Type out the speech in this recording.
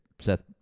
Seth